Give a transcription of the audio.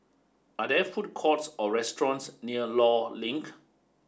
are there food courts or restaurants near Law Link